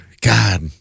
God